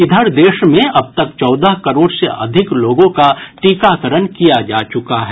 इधर देश में अब तक चौदह करोड़ से अधिक लोगों का टीकाकरण किया जा चुका है